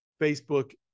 Facebook